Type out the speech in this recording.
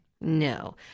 No